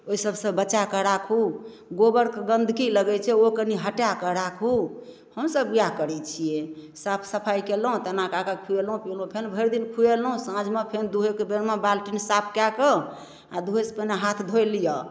ओइ सबसँ बचाकऽ राखू गोबरके गन्दगी लगै छै ओ कनी हटाकऽ राखू हमसब इएह करै छियै साफ सफाइ कयलहुँ तऽ एना कए कऽ खुयेलहुँ फेन भरि दिन खुयेलहुँ साँझमे फेन दुहै कऽ बेरमे बाल्टीन साफ कए कऽ आओर दुहैसँ पहिने हाथ धो लिअ